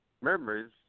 memories